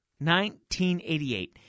1988